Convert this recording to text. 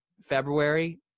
february